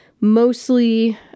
mostly